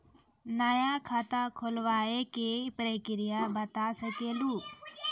नया खाता खुलवाए के प्रक्रिया बता सके लू?